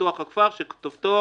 ופיתוח הכפר שכתובתו